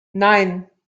nein